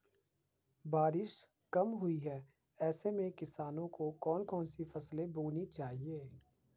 बारिश कम हुई है ऐसे में किसानों को कौन कौन सी फसलें बोनी चाहिए?